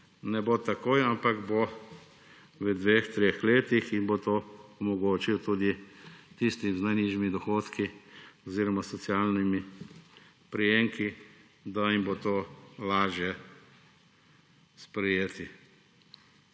ne bo takoj, ampak bo v dveh, treh letih in bo to omogočil tudi tistim z najnižjimi dohodki oziroma socialnimi prejemki, da jim bo to lažje sprejeti.